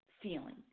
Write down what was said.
feeling